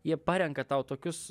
jie parenka tau tokius